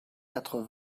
quatre